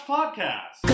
Podcast